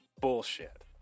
bullshit